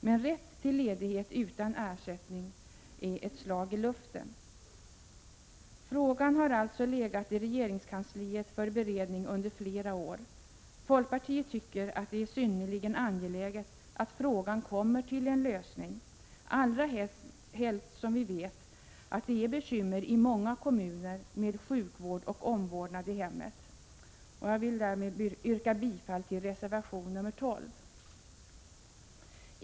Men rätt till ledighet utan ersättning är ett slag i luften. Frågan har alltså legat i regeringskansliet för beredning under flera år. Folkpartiet tycker att det är synnerligen angeläget att problemet får en lösning, allra helst som vi vet att många kommuner har bekymmer med sjukvård och omvårdnad i hemmet. Jag vill därmed yrka bifall till reservation nr 12.